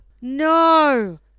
No